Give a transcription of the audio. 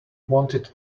wanted